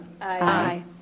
Aye